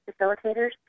facilitators